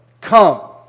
come